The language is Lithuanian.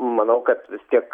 manau kad vis tiek